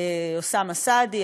אוסאמה סעדי,